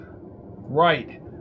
Right